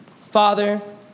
Father